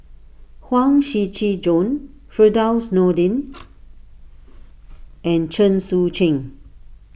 Huang Shiqi Joan Firdaus Nordin and Chen Sucheng